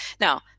Now